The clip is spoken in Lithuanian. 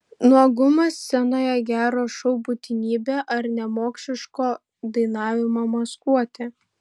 nuogumas scenoje gero šou būtinybė ar nemokšiško dainavimo maskuotė